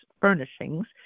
furnishings